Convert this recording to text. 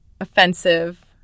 offensive